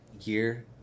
year